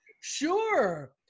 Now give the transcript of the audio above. Sure